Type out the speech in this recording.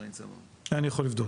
אני יכול לבדוק.